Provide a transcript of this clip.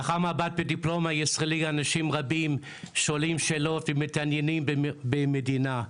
לאחר מבט ודיפלומה ישראלית אנשים רבים שואלים שאלות ומתעניינים במדינה,